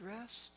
rest